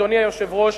אדוני היושב-ראש,